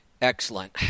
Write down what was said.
Excellent